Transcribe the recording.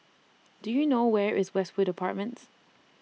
Do YOU know Where IS Westwood Apartments